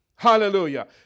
Hallelujah